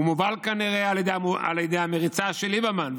הוא מובל כנראה על ידי המריצה של ליברמן,